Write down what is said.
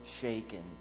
shaken